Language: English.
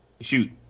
shoot